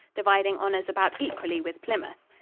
dividing honors about equally with plymouth.